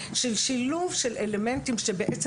של שילוב של אלמנטים שבעצם,